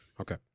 Okay